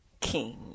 king